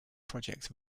project